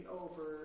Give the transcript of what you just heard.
over